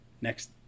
Next